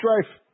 strife